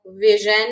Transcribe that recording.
vision